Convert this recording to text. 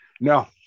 No